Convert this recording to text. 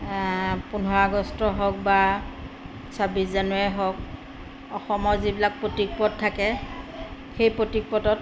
পোন্ধৰ আগষ্ট হওক বা ছাব্বিছ জানুৱাৰীয়ে হওক অসমৰ যিবিলাক প্ৰতীকপদ পথ থাকে সেই প্ৰতীক পদত